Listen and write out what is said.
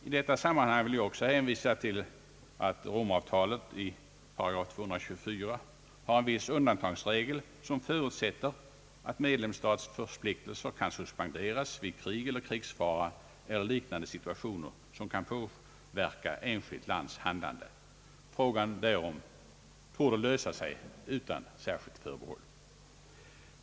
I detta sammanhang vill jag också hänvisa till att Rom-avtalet i 8 224 har en viss undantagsregel som förutsätter att medlemsstats förpliktelser kan suspen deras vid krig och krigsfara eller liknande situationer, som kan påverka enskilt lands handlande, Frågan därom torde lösa sig utan särskilt förbehåll.